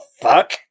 fuck